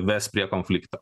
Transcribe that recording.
ves prie konflikto